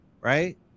right